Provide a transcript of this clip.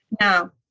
Now